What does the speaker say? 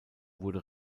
wurde